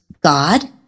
God